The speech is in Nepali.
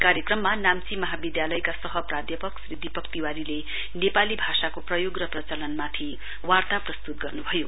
कार्यक्रम्मा नाम्ची महाविद्यालयका सह प्राध्यापक श्री दीपक तिवारीले नेपाली भाषाको प्रयोग र प्रचलनमाथि वार्ता प्रस्तुत गर्नुभयो